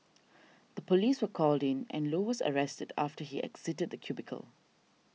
the police were called in and low was arrested after he exited the cubicle